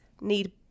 need